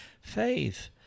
faith